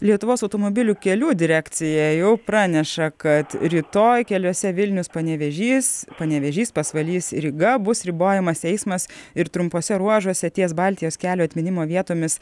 lietuvos automobilių kelių direkcija jau praneša kad rytoj keliuose vilnius panevėžys panevėžys pasvalys ryga bus ribojamas eismas ir trumpuose ruožuose ties baltijos kelio atminimo vietomis